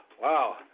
Wow